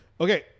Okay